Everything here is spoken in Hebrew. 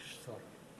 יש שר,